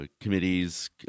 committees